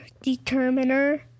determiner